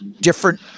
different